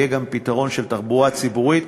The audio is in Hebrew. יהיה גם פתרון של תחבורה ציבורית.